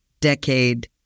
decade